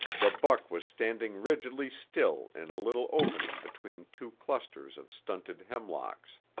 the buck was standing rigidly still in a little opening between two clusters of stunted hemlocks.